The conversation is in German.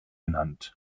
benannt